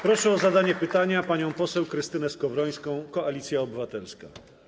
Proszę o zadanie pytania panią poseł Krystynę Skowrońską, Koalicja Obywatelska.